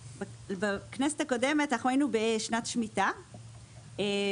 בכנסת הקודמת אנחנו היינו בשנת שמיטה ובעצם